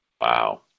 Wow